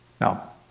Now